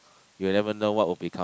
you never know what will become